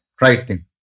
writing